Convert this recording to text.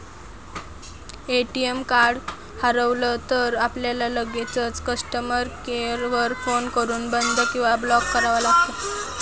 ATM card हरवलं तर, आपल्याला लगेचच कस्टमर केअर वर फोन करून बंद किंवा ब्लॉक करावं लागतं